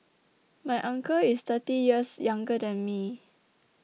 my uncle is thirty years younger than me